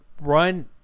run